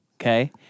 okay